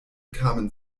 kamen